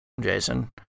Jason